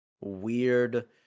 weird